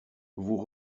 vous